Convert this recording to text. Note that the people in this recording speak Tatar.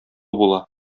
була